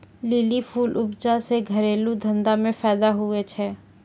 lily फूल उपजा से घरेलू धंधा मे फैदा हुवै छै